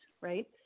right